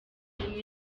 rimwe